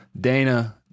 Dana